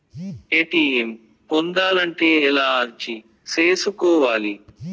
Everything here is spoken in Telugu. ఎ.టి.ఎం పొందాలంటే ఎలా అర్జీ సేసుకోవాలి?